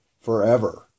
forever